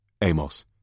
Amos